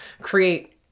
create